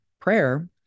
prayer